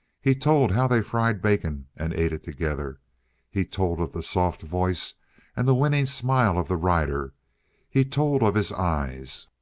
he told how they fried bacon and ate it together he told of the soft voice and the winning smile of the rider he told of his eyes,